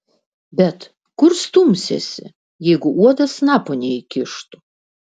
bet kur stumsiesi jeigu uodas snapo neįkištų